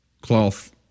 cloth